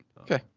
okay